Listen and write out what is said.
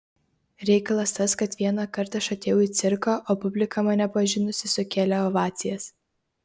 reikalas tas kad vienąkart aš atėjau į cirką o publika mane pažinusi sukėlė ovacijas